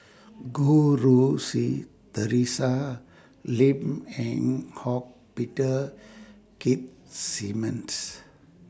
Goh Rui Si Theresa Lim Eng Hock Peter Keith Simmons